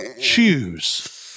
choose